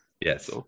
yes